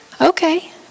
Okay